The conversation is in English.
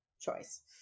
choice